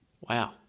Wow